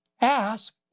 ask